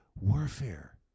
warfare